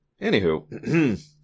Anywho